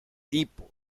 tipo